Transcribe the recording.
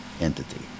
entity